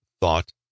thought